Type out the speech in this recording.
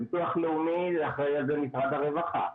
ביטוח לאומי אחראי על זה משרד הרווחה,